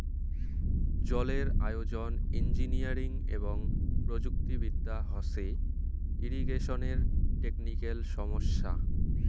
জলের আয়োজন, ইঞ্জিনিয়ারিং এবং প্রযুক্তি বিদ্যা হসে ইরিগেশনের টেকনিক্যাল সমস্যা